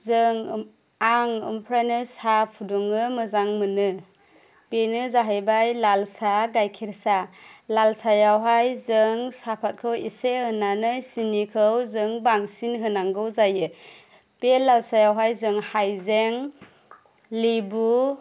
जों आं ओमफ्रायो साहा फुदुंनो मोजां मोनो बेनो जाहैबाय लाल साहा गायखेर साहा लाल साहायावहाय जों साहापातखौ एसे होनानै सिनिखौ जों बांसिन होनांगौ जायो बे लाल साहायावहाय जों हायजें लिबु